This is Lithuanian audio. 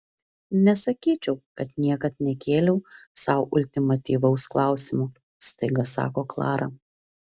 nesakyčiau kad niekad nekėliau sau ultimatyvaus klausimo staiga sako klara